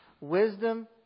Wisdom